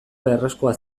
beharrezkoa